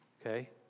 okay